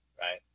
right